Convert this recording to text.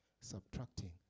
Subtracting